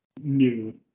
new